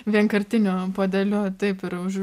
vienkartiniu puodeliu taip ir už